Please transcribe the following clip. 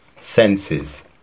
senses